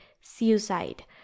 suicide